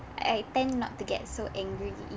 I tend not to get so angry